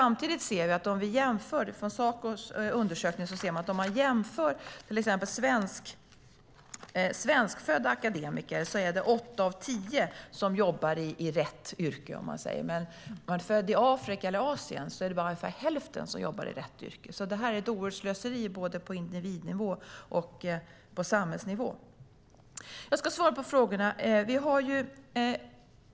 Men i Sacos undersökning ser vi att åtta av tio svenskfödda akademiker jobbar i rätt yrke medan det bland akademiker födda i Afrika eller Asien bara är ungefär hälften som jobbar i rätt yrke. Det är ett stort slöseri på både individnivå och samhällsnivå. Jag ska svara på frågorna.